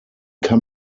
kann